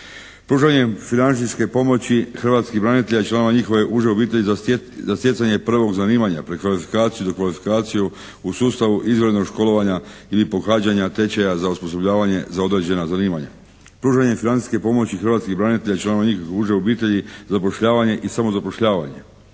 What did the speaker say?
Pružanje financijske pomoći hrvatskih branitelja i članova njihove uže obitelji za stjecanje prvog zanimanja, prekvalifikaciju, dokvalifikaciju u sustavu izvanrednog školovanja ili pohađanja tečaja za osposobljavanje za određena zanimanja. Pružanje financijske pomoći hrvatskih branitelja i članova njihove uže obitelji zapošljavanje i samozapošljavanje.